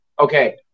Okay